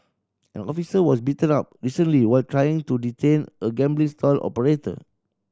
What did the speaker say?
an officer was beaten up recently while trying to detain a gambling stall operator